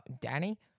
Danny